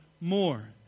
more